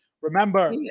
Remember